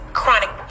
chronic